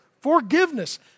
forgiveness